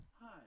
Hi